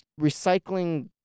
recycling